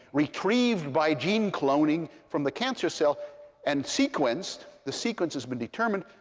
retrieved by gene cloning from the cancer cell and sequenced, the sequence has been determined.